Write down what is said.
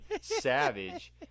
savage